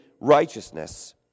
righteousness